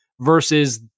versus